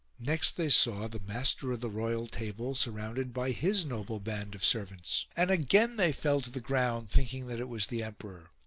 next they saw the master of the royal table surrounded by his noble band of servants and again they fell to the ground thinking that it was the emperor.